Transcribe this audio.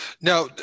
now